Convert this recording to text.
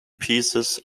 pieces